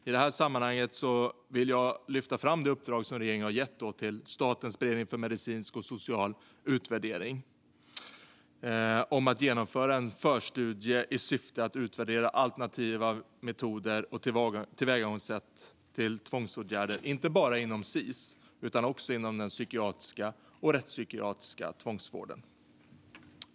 I detta sammanhang vill jag lyfta fram det uppdrag som regeringen har gett till Statens beredning för medicinsk och social utvärdering att genomföra en förstudie i syfte att utvärdera metoder och tillvägagångssätt som alternativ till tvångsåtgärder inom inte bara Sis utan också den psykiatriska och rättspsykiatriska tvångsvården.